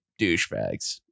douchebags